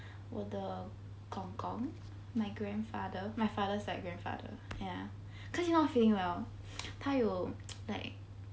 我的公公 my grandfather my father's side grandfather ya cause he not feeling well 他有 like